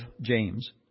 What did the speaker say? James